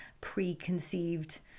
preconceived